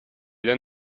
than